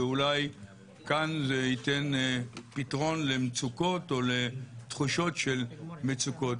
ואולי זה ייתן פתרון למצוקות או לתחושות של מצוקות